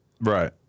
Right